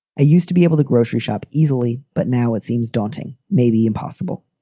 i used to be able to grocery shop easily, but now it seems daunting, maybe impossible.